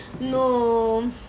no